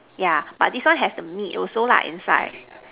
ya but this one has the meat also inside